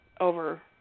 over